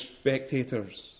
spectators